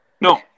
no